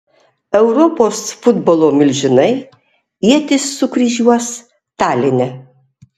europos futbolo milžinai ietis sukryžiuos taline